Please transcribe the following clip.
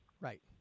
right